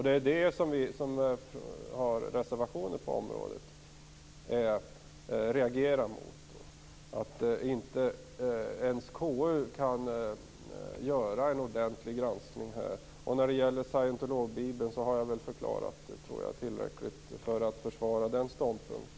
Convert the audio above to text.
Det är det vi som har reservationer på området reagerar mot; att inte ens KU kan göra en ordentlig granskning här. När det gäller scientologibibeln tror jag att jag har förklarat tillräckligt för att försvara min ståndpunkt.